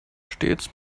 stets